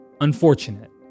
unfortunate